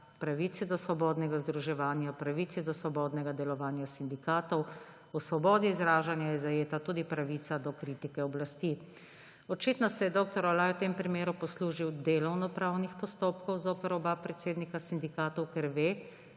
pravici do svobodnega združevanja, pravici do svobodnega delovanja sindikatov. V svobodi izražanja je zajeta tudi pravica do kritike oblasti. Očitno se je dr. Olaj v tem primeru poslužil delovnopravnih postopkov zoper oba predsednika sindikatov, ker ve,